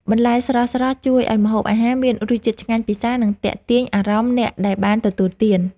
បន្លែស្រស់ៗជួយឱ្យម្ហូបអាហារមានរសជាតិឆ្ងាញ់ពិសា និងទាក់ទាញអារម្មណ៍អ្នកដែលបានទទួលទាន។